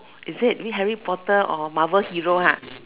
is it Harry-Potter or Marvel hero !huh!